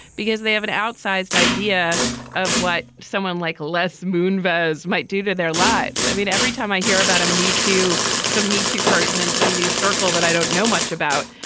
because they have an outsized idea of what someone like les moonves might do to their lives i mean, every time i hear about a meet to some me to person in some news circle that i don't know much about,